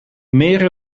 meer